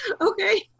Okay